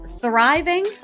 thriving